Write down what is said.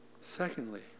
secondly